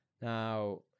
Now